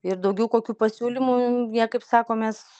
ir daugiau kokių pasiūlymų niekaip sako mes